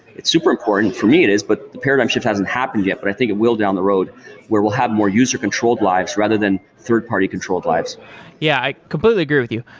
it's super important. for me it is, but the paradigm shift hasn't happened yet, but i think it will down the road where we'll have more user-controlled lives, rather than third-party controlled lives yeah. i completely agree with you.